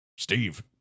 Steve